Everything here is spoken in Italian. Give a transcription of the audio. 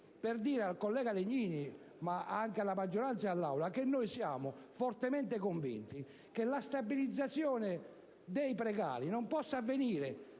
al collega Legnini, ma anche alla maggioranza e all'Aula nel suo insieme. Siamo fortemente convinti che la stabilizzazione dei precari non possa avvenire